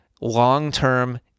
long-term